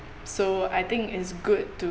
so I think it's good to